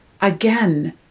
again